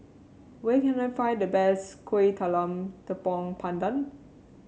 where can I find the best Kuih Talam Tepong Pandan